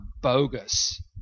bogus